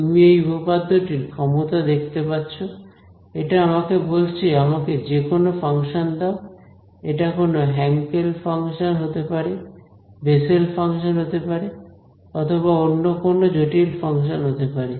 তুমি এই উপপাদ্যটির ক্ষমতা দেখতে পাচ্ছ এটা আমাকে বলছে আমাকে যেকোন ফাংশান দাও এটা কোন হ্যাঙ্কেল ফাংশন হতে পারে বেসেল ফাংশন হতে পারে অথবা অন্য কোন জটিল ফাংশন হতে পারে